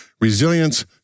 Resilience